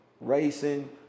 Racing